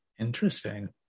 Interesting